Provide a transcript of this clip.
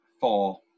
Four